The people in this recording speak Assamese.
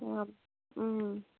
অঁ